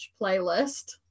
Playlist